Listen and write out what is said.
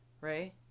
right